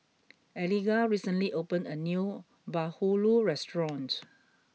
Eliga recently open a new bahulu restaurant